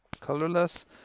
colorless